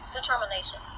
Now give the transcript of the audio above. Determination